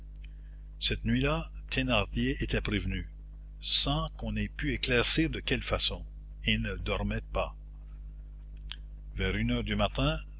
cette nuit-là thénardier était prévenu sans qu'on ait pu éclaircir de quelle façon et ne dormait pas vers une heure du matin